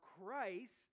Christ